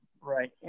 Right